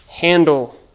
handle